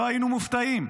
לא היינו מופתעים.